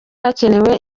hakenewe